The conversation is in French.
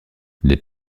les